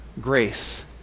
grace